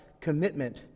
commitment